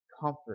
comfort